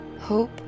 hope